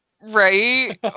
right